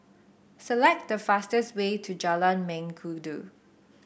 select the fastest way to Jalan Mengkudu